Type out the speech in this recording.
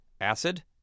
Acid